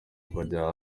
bajya